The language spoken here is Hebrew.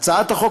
בהצעת החוק